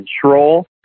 control